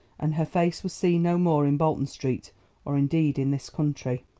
and her face was seen no more in bolton street or indeed in this country.